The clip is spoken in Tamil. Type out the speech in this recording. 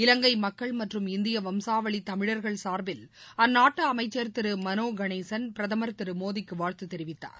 இலங்கைமக்கள் மற்றும் இந்தியவம்சாவளிதமிழர்கள் சார்பில் அந்நாட்டுஅமைச்சர் திருமனோகணேசன் பிரதமர் திருமோடிக்குவாழ்த்துத் தெரிவித்தார்